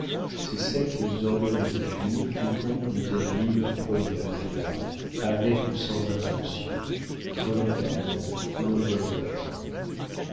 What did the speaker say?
c'est celle qui nous ordonne de fuir quiconque nous a nui une première fois avec ou sans intention volontairement ou involontairement